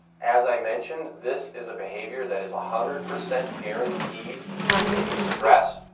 as i mentioned, this is a behavior that is a hundred percent guaranteed to be stress,